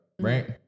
right